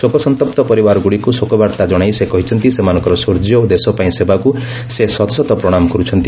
ଶୋକସନ୍ତପ୍ତ ପରିବାରଗୁଡ଼ିକୁ ଶୋକବାର୍ତ୍ତା ଜଣାଇ ସେ କହିଛନ୍ତି ସେମାନଙ୍କର ସୌର୍ଯ୍ୟ ଓ ଦେଶପାଇଁ ସେବାକୁ ସେ ଶତଶତ ପ୍ରଶାମ କରୁଛନ୍ତି